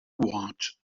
watch